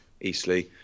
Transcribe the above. Eastleigh